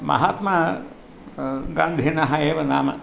महात्मागान्धिनः एव नामम्